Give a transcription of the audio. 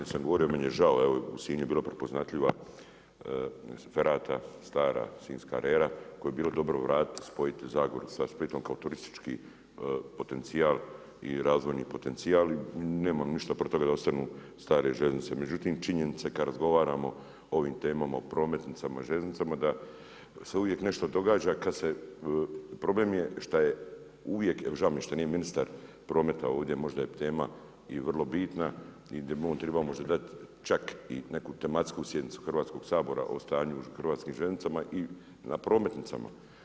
Pa složio bi se s vama… meni je žao evo, u Sinju je bilo prepoznatljiva Ferata, stara Sinjska rera koju bi bilo dobro vratit, spojiti Zagoru sa Splitom kao turistički potencijal i razvojni potencijal i nemam ništa protiv toga da ostanu stare željeznice, međutim činjenica je kad razgovaramo o ovim temama, prometnicama, željeznicama da se uvijek nešto događa kad se, problem je šta je uvijek, jer žao mi je što nije ministar prometa ovdje možda je tema i vrlo bitna i di triba možda dat čak i neku tematsku sjednicu Sabora o tanju u Hrvatskim željeznicama i na prometnicama.